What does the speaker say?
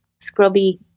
scrubby